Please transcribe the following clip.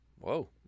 Whoa